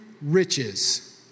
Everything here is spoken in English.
riches